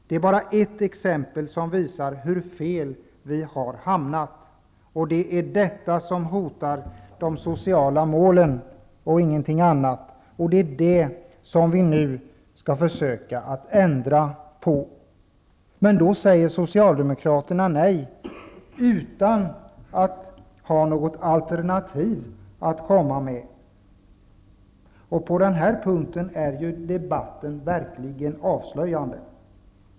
Det är bara ett exempel som visar hur fel vi har hamnat. Det är detta som hotar de sociala målen och ingenting annat, och det är det som vi nu skall försöka att ändra på. Men då säger Socialdemokraterna nej, utan att ha något alternativ att komma med. På den här punkten är debatten verkligen avslöjande.